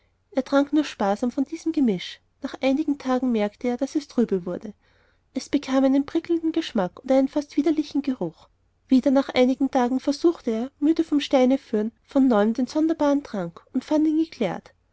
er trank nur sparsam von diesem gemisch nach einigen tagen merkte er daß es trübe wurde es bekam einen prickelnden geschmack und einen fast widerlichen geruch wieder nach einigen tagen versuchte er müde vom steineführen von neuem den sonderbaren trank und fand ihn